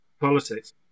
politics